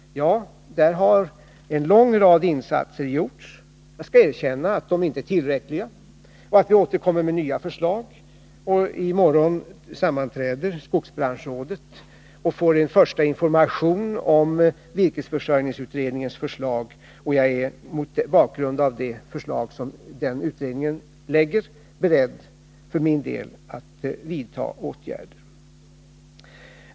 Ja, och där har en lång rad insatser gjorts. Jag skall erkänna att de inte är tillräckliga, och vi återkommer med nya förslag. I morgon sammanträder skogsbranschrådet och får en första information om virkesförsörjningsutredningens förslag. Jag är mot bakgrund av det förslag som utredningen lägger fram för min del beredd att vidta åtgärder.